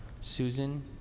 Susan